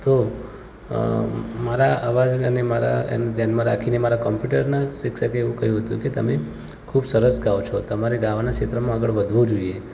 તો મારા અવાજ અને અને મારાને ધ્યાનમાં રાખીને મારા કમ્પ્યુટરના શિક્ષકે એવું કહ્યું હતું કે તમે ખૂબ સરસ ગાઓ છો તમારે ગાવાનાં ક્ષેત્રમાં આગળ વધવું જોઈએ